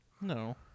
No